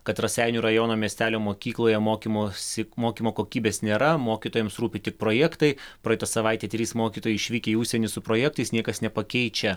kad raseinių rajono miestelio mokykloje mokymosi mokymo kokybės nėra mokytojams rūpi tik projektai praeitą savaitę trys mokytojai išvykę į užsienį su projektais niekas nepakeičia